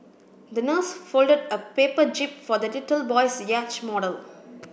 the nurse folded a paper jib for the little boy's yacht model